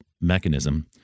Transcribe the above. mechanism